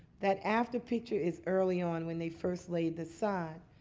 that after picture is early on when they first laid the sod.